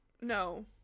No